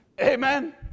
Amen